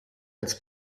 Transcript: als